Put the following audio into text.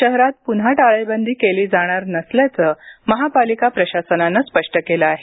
शहरात पुन्हा टाळेबंदी केली जाणार नसल्याचं महापालिका प्रशासनानं स्पष्ट केलं आहे